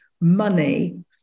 money